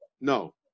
No